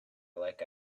like